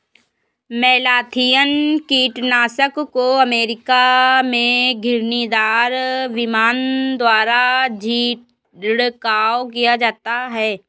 malathion कीटनाशक को America में घिरनीदार विमान द्वारा छिड़काव किया जाता है